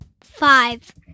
Five